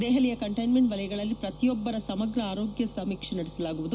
ದೆಹಲಿಯ ಕಂಟೈನ್ಮೆಂಟ್ ವಲಯಗಳಲ್ಲಿ ಪ್ರತಿಯೊಬ್ಬರ ಸಮಗ್ರ ಆರೋಗ್ಯ ಸಮೀಕ್ಷೆ ನಡೆಸಲಾಗುವುದು